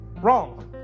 Wrong